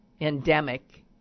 endemic